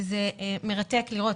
וזה מרתק לראות.